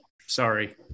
sorry